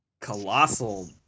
colossal